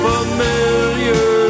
Familiar